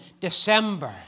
December